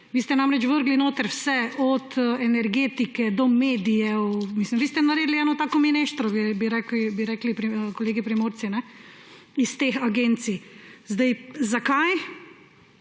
Vi ste namreč vrgli notri vse, od energetike do medijev. Vi ste naredil eno tako mineštro, bi rekli kolegi Primorci, iz teh agencij. Zakaj?